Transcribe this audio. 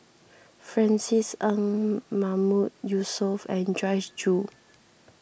Francis Ng Mahmood Yusof and Joyce Jue